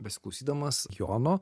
besiklausydamas jono